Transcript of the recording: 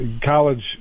college